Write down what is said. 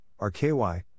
RKY